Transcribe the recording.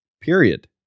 Period